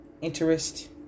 Interest